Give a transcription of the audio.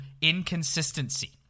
inconsistency